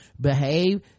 behave